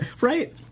Right